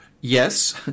Yes